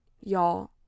Y'all